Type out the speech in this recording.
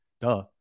duh